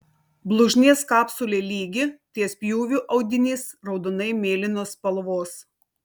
blužnies kapsulė lygi ties pjūviu audinys raudonai mėlynos spalvos